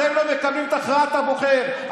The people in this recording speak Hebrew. אתם לא מקבלים את הכרעת הבוחר.